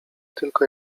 tylko